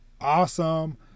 awesome